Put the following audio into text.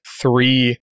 three